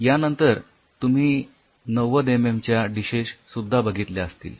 यानंतर तुम्ही ९० एमएम च्या डिशेश सुद्धा बघितल्या असतील